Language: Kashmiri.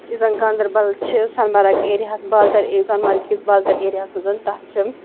یُس زَن گاندربل چھِ سۄنہٕ مرگ ایریاہَس بال تل سۄنہٕ مرگہِ کِس بال تل ایریاہَس منٛز تَتھ چھِ